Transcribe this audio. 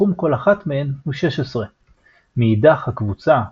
שסכום כל אחת מהן הוא 16. מאידך, הקבוצה 1,